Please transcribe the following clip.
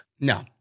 No